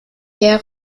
pierre